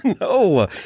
No